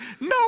No